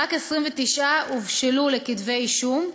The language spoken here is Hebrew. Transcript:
רק 29 תיקים הבשילו לכתבי אישום.